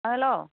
hello